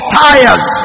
tires